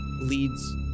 leads